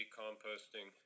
composting